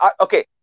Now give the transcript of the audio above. okay